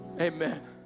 amen